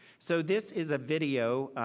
so this is a video.